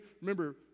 remember